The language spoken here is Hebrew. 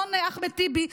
אדון אחמד טיבי,